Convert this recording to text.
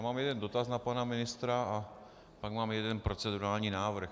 Mám jeden dotaz na pana ministra a pak mám jeden procedurální návrh.